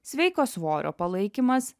sveiko svorio palaikymas